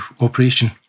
operation